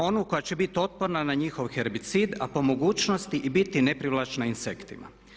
Onu koja će biti otporna na njihov herbicid, a po mogućnosti i biti neprivlačna insektima.